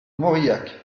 mauriac